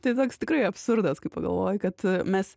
tai toks tikrai absurdas kai pagalvoji kad mes